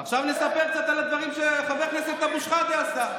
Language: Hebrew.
עכשיו נספר קצת על הדברים שחבר כנסת אבו שחאדה עשה.